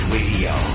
Radio